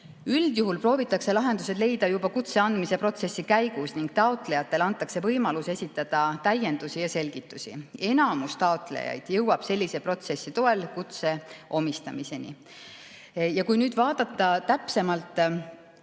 Üldjuhul proovitakse lahendused leida juba kutse andmise protsessi käigus ning taotlejatele antakse võimalus esitada täiendusi ja selgitusi. Enamus taotlejaid jõuab sellise protsessi toel kutse omistamiseni. Kui nüüd vaadata täpsemalt